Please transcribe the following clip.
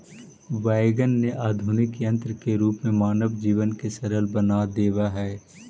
wagon ने आधुनिक यन्त्र के रूप में मानव जीवन के सरल बना देवऽ हई